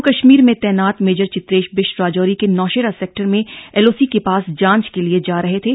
जम्मू कश्मीर में तैनात मेजर चित्रेश बिष्ट राजौरी के नौशेरा सेक्टर में एलओसी के पास जांच के लिए जा रहे थे